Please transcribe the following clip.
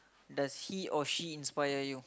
does he or she inspire you